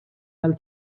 tal